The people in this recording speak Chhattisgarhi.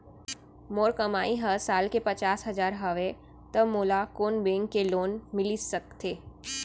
मोर कमाई ह साल के पचास हजार हवय त मोला कोन बैंक के लोन मिलिस सकथे?